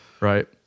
right